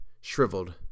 shriveled